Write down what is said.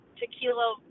tequila